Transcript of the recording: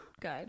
Good